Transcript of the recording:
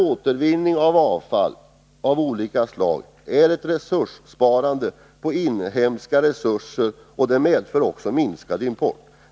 Återvinning av avfall av olika slag är ett sparande av inhemska resurser och medför minskad import.